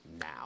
now